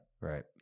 Right